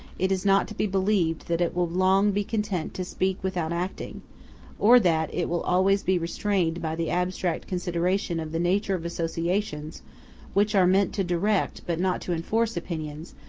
it is not to be believed that it will long be content to speak without acting or that it will always be restrained by the abstract consideration of the nature of associations which are meant to direct but not to enforce opinions,